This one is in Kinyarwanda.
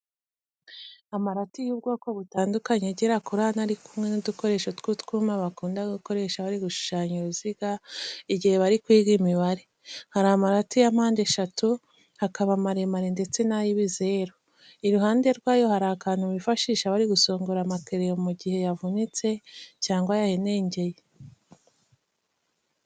Amarati y'ubwoko butandukanye agera kuri ane ari kumwe n'udukoresho tw'utwuma bakunda gukoresha bari gushushanya uruziga igihe bari kwiga imibare. Hari amarati ya mpande eshatu, hakaba amaremare ndetse n'ay'ibizeru. Iruhande rwayo hari akantu bifashisha bari gusongora amakereyo mu gihe yavunitse cyangwa yahenengeye.